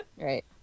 right